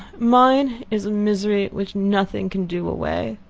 mine is a misery which nothing can do away.